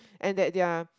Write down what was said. and that they are